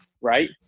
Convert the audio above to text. right